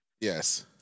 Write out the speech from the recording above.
Yes